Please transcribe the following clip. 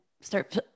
start